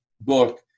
book